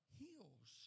heals